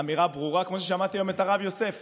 אמירה ברורה, כמו ששמעתי היום את הרב יוסף.